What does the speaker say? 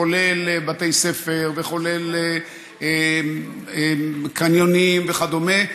כולל בתי ספר וכולל קניונים וכדומה,